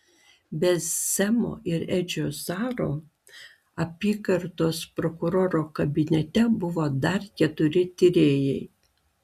be semo ir edžio zaro apygardos prokuroro kabinete buvo dar keturi tyrėjai